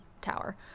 tower